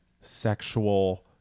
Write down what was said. sexual